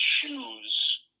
choose